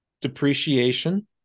depreciation